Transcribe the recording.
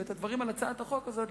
את הדברים על הצעת החוק הזאת,